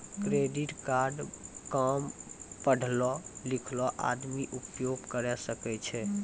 Credit card काम पढलो लिखलो आदमी उपयोग करे सकय छै?